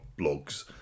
blogs